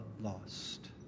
lost